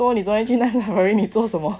so 你昨天你去哪个 safari 你做什么